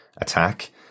attack